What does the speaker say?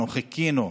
אנחנו חיכינו,